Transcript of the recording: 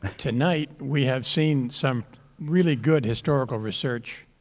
tonight we have seen some really good historical research,